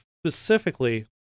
specifically